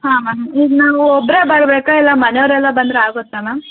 ಹಾಂ ಮ್ಯಾಮ್ ಈಗ ನಾವು ಒಬ್ಬರೇ ಬರಬೇಕ ಇಲ್ಲ ಮನೆ ಅವರೆಲ್ಲ ಬಂದರೆ ಆಗುತ್ತ ಮ್ಯಾಮ್